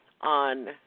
on